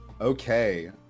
Okay